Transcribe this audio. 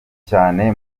cyane